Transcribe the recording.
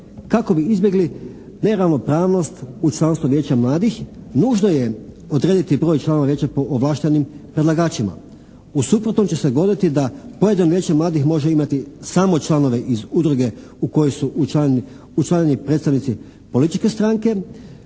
Kako bi izbjegli neravnopravnost u članstvu vijeća mladih nužno je odrediti broj članova vijeća po ovlaštenim predlagačima. U suprotnom će se dogoditi da pojedino vijeće mladih može imati samo članove iz udruge u kojoj su učlanjeni predstavnici političke stranke